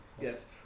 Yes